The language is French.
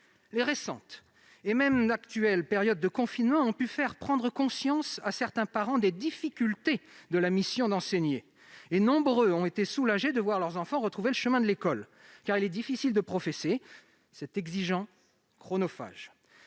Les récentes- et même l'actuelle -périodes de confinement ont pu faire prendre conscience à certains parents des difficultés liées à la mission d'enseigner. Nombreux ont été ceux qui ont été soulagés de voir leurs enfants retrouver le chemin de l'école, car il est difficile d'enseigner : c'est exigeant et chronophage.